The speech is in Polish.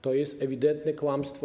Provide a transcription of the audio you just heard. To jest ewidentne kłamstwo.